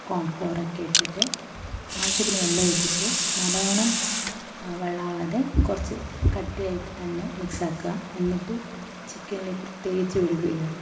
cornflour ഒക്കെ ഇട്ടിട്ട് ആവിശ്യത്തിന് വെള്ളം ഒഴിച്ചിട്ട് നല്ലോണം വെള്ളമാവാതെ കുറച്ച് കട്ടിയായിട്ട് തന്നെ മിക്സ് ആക്കുക എന്നിട്ട് ചിക്കനിലേക്ക് തേച്ച് പിടിപ്പിക്കുക